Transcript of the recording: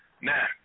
Now